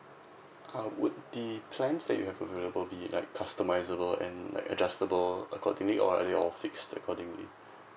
uh would the plans that you have available be like customisable and like adjustable accordingly or are you all fixed accordingly